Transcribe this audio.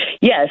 Yes